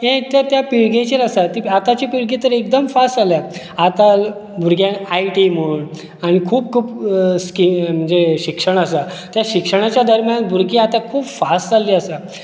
एक तर त्या पिळगेचेर आसा ती आताची पिळगी तर एकदम फास्ट जाल्या आता भुरग्यांक आयटी म्हण आनी खूब खूब स्किमी म्हणजे शिक्षण आसा त्या शिक्षणाच्या दरम्यान भुरगीं आता खूब फास्ट जाल्ली आसा